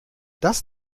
das